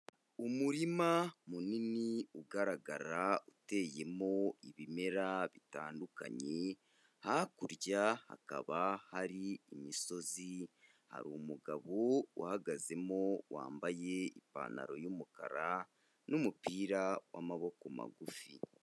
Umurima munini, ugaragara, uteyemo ibimera bitandukanye, hakurya hakaba hari imisozi, hari umugabo uhagazemo wambaye ipantaro y'umukara n'umupira w'amaboko magufi.